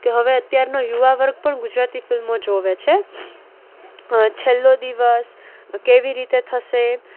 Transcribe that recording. કે હવે અત્યારનો યુવા વર્ગ પણ ગુજરાતી ફિલ્મો જોવે છે છેલ્લો દિવસ કેવી રીતે થશે